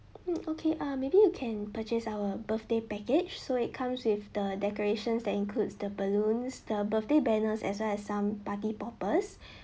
mm okay uh maybe you can purchase our birthday package so it comes with the decorations that includes the balloons the birthday banners as well as some party ball burst